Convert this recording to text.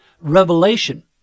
revelation